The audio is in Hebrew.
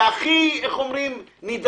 זה הכי נדרש,